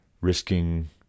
risking